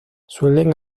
suelen